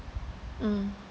mm